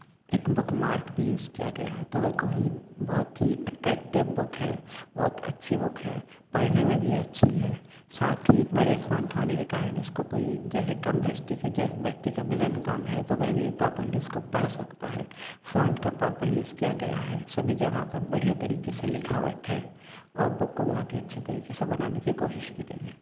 एक bookmark भी use किया गया है तो वे कहीं बहुत ही एट्रेक्टिव बुक है बहुत अच्छी बुक है पढ़ने में भी अच्छी है साथ ही एक बड़े फॉन्ट होने के कारण इसको कोई जैसे कम दृष्टि के जिस व्यक्ति का विजन कम है तो वह भी प्राॅपर्ली इसको पढ़ सकता है फॉन्ट का प्रॉपर यूज़ किया गया है सभी जगह पर बढ़ियाँ तरीके से लिखावट है और बुक को बहुत अच्छी तरीके से बनाने की कोशिश की गई है